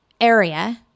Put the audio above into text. area